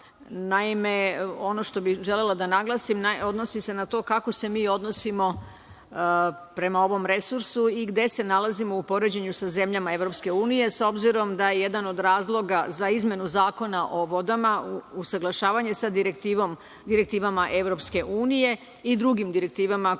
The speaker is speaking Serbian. Naime, ono što bih želela da naglasim odnosi se na to kako se mi odnosimo prema ovom resursu i gde se nalazimo u poređenju sa zemljama EU, s obzirom da je jedan od razloga za izmenu Zakona o vodama usaglašavanje sa direktivama EU i drugim direktivama koje ovu oblast